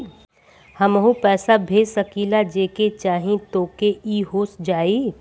हमहू पैसा भेज सकीला जेके चाही तोके ई हो जाई?